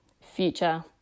future